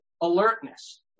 alertness